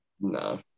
no